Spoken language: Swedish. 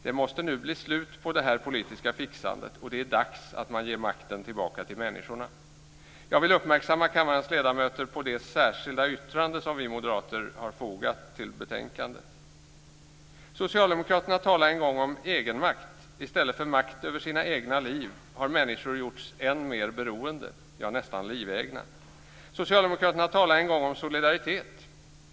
Det måste nu bli slut på det här politiska fixandet. Det är dags att ge makten tillbaka till människorna. Jag vill göra kammarens ledamöter uppmärksamma på det särskilda yttrande som vi moderater har i betänkandet. Socialdemokraterna talade en gång om egenmakt. I stället för att ha makt över sina egna liv har människor gjorts ännu mer beroende - ja, nästan livegna. Socialdemokraterna talade en gång om solidaritet.